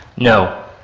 no.